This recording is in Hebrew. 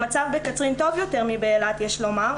המצב בקצרין טוב יותר מבאילת יש לומר,